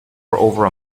over